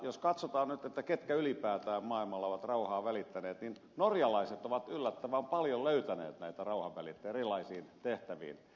jos katsotaan ketkä ylipäätään maailmalla ovat rauhaa välittäneet niin norjalaiset ovat yllättävän paljon löytäneet näitä rauhanvälittäjiä erilaisiin tehtäviin